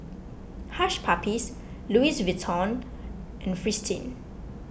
Hush Puppies Louis Vuitton and Fristine